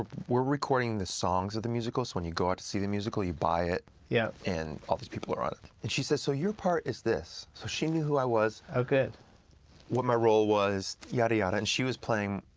ah we're recording the songs of the musical, so when you go out to see the musical, you buy it, yeah and all these people are on it. and she says, so your part is this. so she knew who i was, ah what my role was, yada, yada. and she was playing,